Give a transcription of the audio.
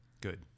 Good